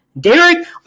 Derek